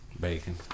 Bacon